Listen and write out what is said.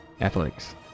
athletics